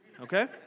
Okay